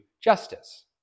justice